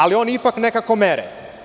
Ali, oni ipak nekako mere.